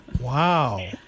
Wow